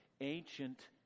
ancient